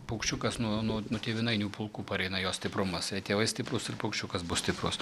paukščiukas nuo nuo nuo tėvynainių pulkų pareina jo stiprumas tėvai stiprūs ir paukščiukas bus stiprus